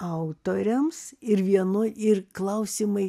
autoriams ir vieno ir klausimai